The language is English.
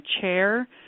chair